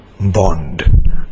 bond